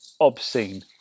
obscene